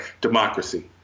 democracy